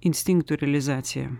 instinktų realizacija